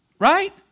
Right